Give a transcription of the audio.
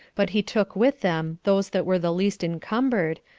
but he took with him those that were the least encumbered,